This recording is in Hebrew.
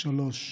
3,